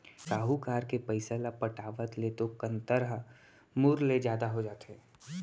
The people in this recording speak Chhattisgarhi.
साहूकार के पइसा ल पटावत ले तो कंतर ह मूर ले जादा हो जाथे